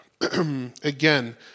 Again